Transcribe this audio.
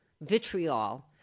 vitriol